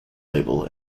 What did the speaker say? label